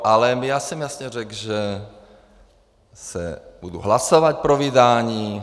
Ale já jsem jasně řekl, že budu hlasovat pro vydání.